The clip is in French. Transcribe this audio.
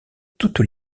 toutes